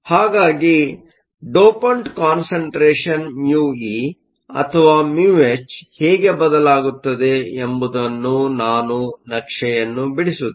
ಹಾಗಾಗಿ dopant concentration concentration μe ಅಥವಾ μh ಹೇಗೆ ಬದಲಾಗುತ್ತದೆ ಎಂಬುದನ್ನು ನಾನು ನಕ್ಷೆಯನ್ನು ಬಿಡಿಸುತ್ತೇನೆ